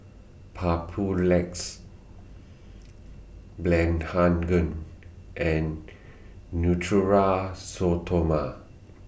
Papulex Blephagel and Natura Stoma